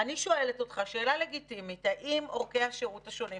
אני שואלת אותך שאלה לגיטימית: האם אורכי השירות השונים,